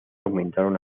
aumentaron